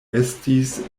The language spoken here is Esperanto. estis